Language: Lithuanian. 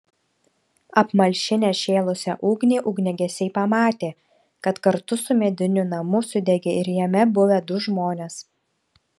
apmalšinę šėlusią ugnį ugniagesiai pamatė kad kartu su mediniu namu sudegė ir jame buvę du žmonės